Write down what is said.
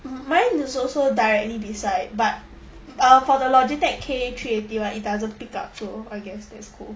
m~ mine is also directly beside but uh for the logitech K three eighty one it doesn't pick up so I guess that's cool